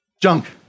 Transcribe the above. Junk